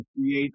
create